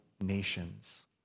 nations